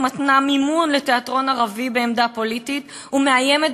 מתנה מימון לתיאטרון ערבי בעמדה פוליטית ומאיימת